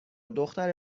دختر